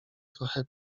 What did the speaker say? trochę